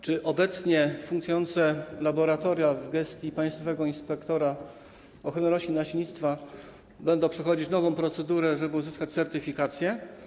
Czy obecnie funkcjonujące laboratoria w gestii państwowego inspektora ochrony roślin i nasiennictwa będą przechodzić nową procedurę, żeby uzyskać certyfikację?